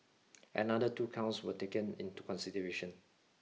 another two counts were taken into consideration